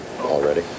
already